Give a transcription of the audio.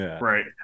Right